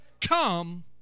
Come